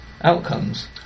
outcomes